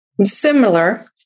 Similar